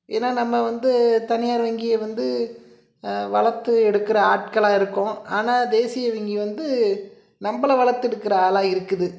ஏன்னா நம்ம வந்து தனியார் வங்கியை வந்து வளர்த்து எடுக்கிற ஆட்களாக இருக்கோம் ஆனால் தேசிய வங்கி வந்து நம்பளை வளர்த்து எடுக்கிற ஆளாக இருக்குது